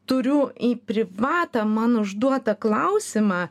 turiu į privatą man užduotą klausimą